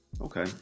Okay